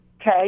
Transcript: Okay